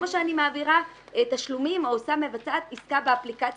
כמו שאני מעבירה תשלומים או מבצעת עסקה באפליקציה